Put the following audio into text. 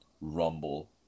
rumble